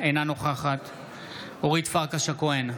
אינה נוכחת אורית פרקש הכהן,